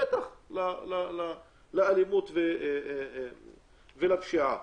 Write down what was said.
בוודאי לאלימות ופשיעה.